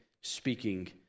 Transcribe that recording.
speaking